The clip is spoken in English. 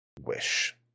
wish